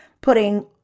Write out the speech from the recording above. Putting